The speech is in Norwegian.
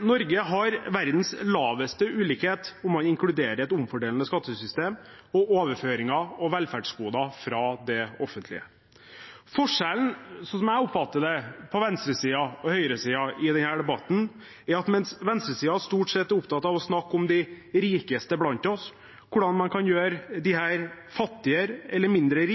Norge har verdens laveste ulikhet om man inkluderer et omfordelende skattesystem og overføringer og velferdsgoder fra det offentlige. Sånn jeg oppfatter det, er forskjellen på venstresiden og høyresiden i denne debatten at mens venstresiden stort sett er opptatt av å snakke om de rikeste blant oss og hvordan man kan gjøre dem fattigere eller mindre